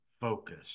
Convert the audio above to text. focus